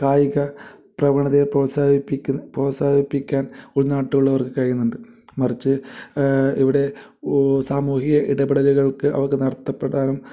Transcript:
കായിക പ്രവണതയെ പ്രോത്സാഹിപ്പിക്കുന്ന പ്രോത്സാഹിപ്പിക്കാൻ ഉൾനാട്ടിലുള്ളവർക്ക് കഴിയുന്നുണ്ട് മറിച്ച് ഇവിടെ സാമൂഹിക ഇടപെടലുകൾക്ക് അവർക്ക് നടത്തപ്പെടാനും